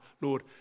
Lord